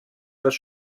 das